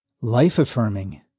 Life-affirming